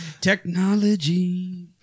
technology